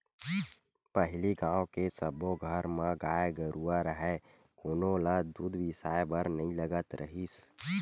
पहिली गाँव के सब्बो घर म गाय गरूवा राहय कोनो ल दूद बिसाए बर नइ लगत रिहिस